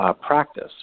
practice